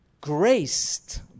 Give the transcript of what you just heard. graced